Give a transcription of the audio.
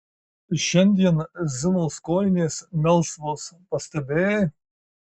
šiandien zinos kojinės melsvos pastebėjai